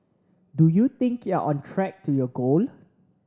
do you think you're on track to your goal